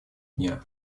дня